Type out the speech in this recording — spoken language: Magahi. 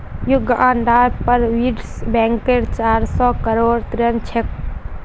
युगांडार पर विश्व बैंकेर चार सौ करोड़ ऋण छेक